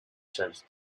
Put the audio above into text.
since